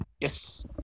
Yes